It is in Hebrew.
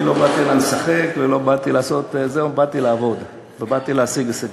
אני לא באתי הנה לשחק, אלא לעבוד ולהשיג הישגים.